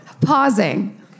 Pausing